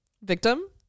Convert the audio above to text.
Victim